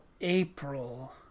April